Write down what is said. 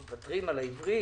מייד נדלקה לי נורה אדומה.